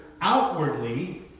outwardly